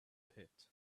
pit